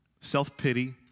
self-pity